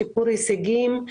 שיפור הישגים,